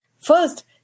First